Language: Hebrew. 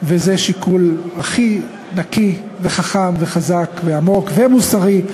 תודה, חברת הכנסת גילה גמליאל.